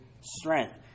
strength